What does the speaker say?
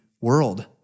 world